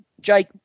Jake